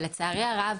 ולצערי הרב,